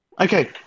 okay